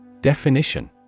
Definition